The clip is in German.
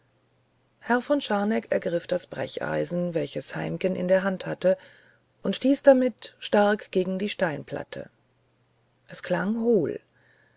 herr von scharneck ergriff das brecheisen welches heimken in der hand hatte und stieß damit stark gegen die steinplatte es klang hohl